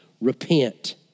Repent